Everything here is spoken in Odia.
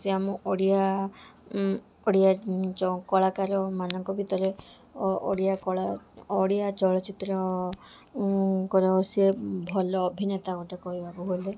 ସେ ଆମ ଓଡ଼ିଆ ଓଡ଼ିଆ ଚ କଳାକାର ମାନଙ୍କ ଭିତରେ ଓ ଓଡ଼ିଆ କଳା ଓଡ଼ିଆ ଚଳଚ୍ଚିତ୍ର ଙ୍କର ସିଏ ଭଲ ଅଭିନେତା ଗୋଟେ କହିବାକୁ ଗଲେ